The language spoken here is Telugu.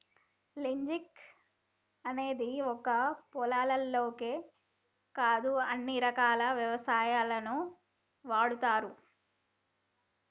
లీజింగ్ అనేది ఒక్క పొలాలకే కాదు అన్ని రకాల వ్యవస్థల్లోనూ వాడతారు